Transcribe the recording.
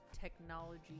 technology